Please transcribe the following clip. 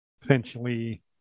potentially